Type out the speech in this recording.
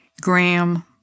Graham